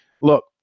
Look